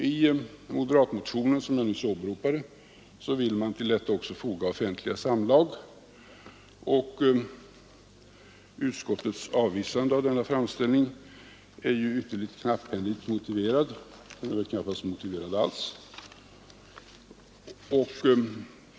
I moderatmotionen, som jag nyss åberopade, vill man till detta också foga offentliga samlag. Utskottets avvisande av denna framställning är ytterligt knapphändigt motiverat. Det är knappast motiverat alls.